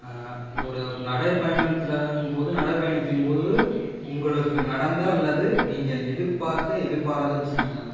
ஒரு நடைப்பயணத்துலங்கும் போது நடைப்பயணத்தின் போது உங்களுக்கு நடந்த அல்லது நீங்கள் எதிர்பார்த்த எதிர்பாராத விஷயம் என்னென்ன